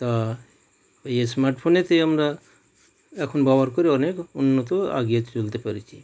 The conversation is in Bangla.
তা ওই স্মার্ট ফোনেতে আমরা এখন ব্যবহার করে অনেক উন্নত এগিয়ে চলতে পেরেছি